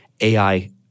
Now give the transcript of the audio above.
AI